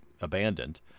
abandoned